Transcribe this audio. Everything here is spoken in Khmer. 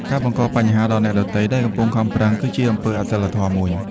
ការបង្កបញ្ហាដល់អ្នកដទៃដែលកំពុងខំប្រឹង គឺជាអំពើអសីលធម៌មួយ។